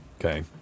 okay